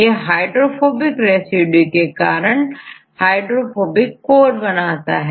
यह hydrophobic residue के कारण हाइड्रोफोबिक कोर बनाता है